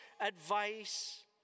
advice